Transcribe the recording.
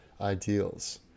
ideals